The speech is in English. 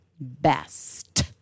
best